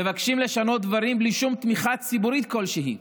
מבקשים לשנות דברים בלי שום תמיכה ציבורית כלשהי,